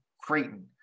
Creighton